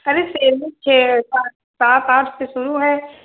अरे सेलरी छः सात सात आठ से शुरू है